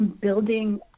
building